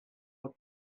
хат